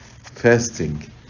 fasting